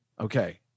Okay